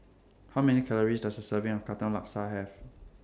How Many Calories Does A Serving of Katong Laksa Have